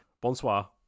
Bonsoir